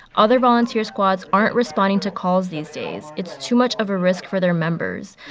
other volunteer squads aren't responding to calls these days. it's too much of a risk for their members.